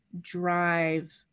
drive